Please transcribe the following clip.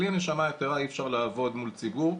באמת בלי הנשמה היתרה אי אפשר לעבוד מול ציבור,